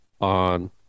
on